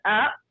up